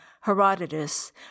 Herodotus